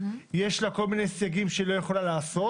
יש לה כל מיני סייגים שהיא לא יכולה לעשות